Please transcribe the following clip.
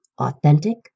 authentic